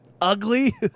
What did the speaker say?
ugly